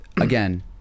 again